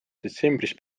detsembris